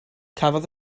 cafodd